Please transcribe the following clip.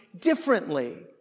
differently